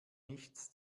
nichts